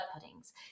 puddings